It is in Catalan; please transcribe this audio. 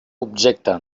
objecte